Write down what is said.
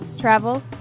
travel